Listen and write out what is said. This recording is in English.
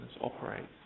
operates